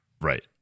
Right